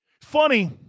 Funny